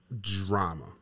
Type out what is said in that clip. drama